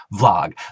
vlog